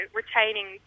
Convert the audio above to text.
retaining